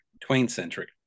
Twain-centric